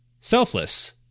selfless